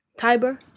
Tiber